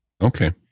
Okay